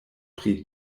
pri